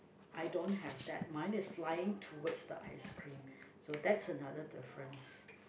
I don't have that mine is flying towards the ice cream so that's another difference